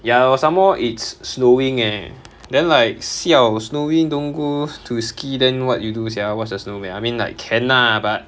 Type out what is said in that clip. ya lor some more it's snowing eh then like siao snowing don't go to ski then what you do sia watch the snow meh I mean like can ah but